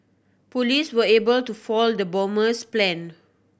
police were able to foil the bomber's plan